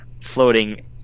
floating